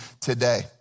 today